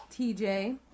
TJ